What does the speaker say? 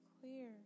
clear